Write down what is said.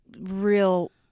real